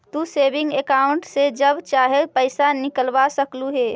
तू saving account से जब चाहो पैसे निकलवा सकलू हे